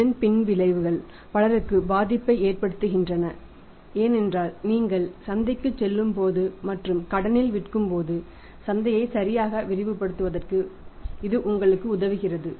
இதன் பின்விளைவுகள் பலருக்கு பாதிப்பை ஏற்படுத்துகின்றன ஏனென்றால் நீங்கள் சந்தைக்குச் செல்லும்போது மற்றும் கடனில் விற்கும்போது சந்தையை சரியாக விரிவுபடுத்துவதற்கு இது உங்களுக்கு உதவுகிறது